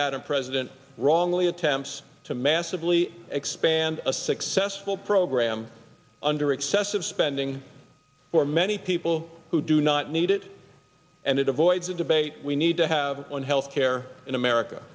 madam president wrongly attempts to massively expand a successful program under excessive spending for many people who do not need it and it avoids a debate we need to have on health care in america